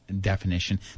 definition